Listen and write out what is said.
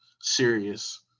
serious